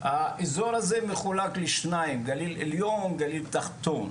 האזור הזה מחולק לשניים, גליל עליון, גליל תחתון.